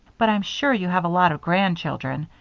but i'm sure you have a lot of grandchildren,